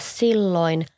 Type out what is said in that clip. silloin